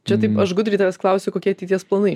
čia taip aš gudriai tavęs klausiu kokie ateities planai